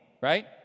right